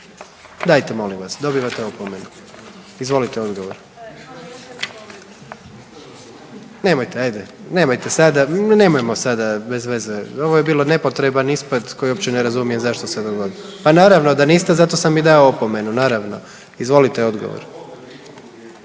Dajte molim vas, dobivate opomenu. Izvolite odgovor. Nemojte ajde, nemojte sada, nemojmo sada bez veze, ovo je bio nepotreban ispad koji uopće ne razumijem zašto se dogodio. Pa naravno da niste, zato sam i dao opomenu, naravno. Izvolite odgovor.